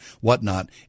whatnot